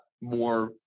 more